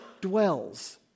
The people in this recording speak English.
dwells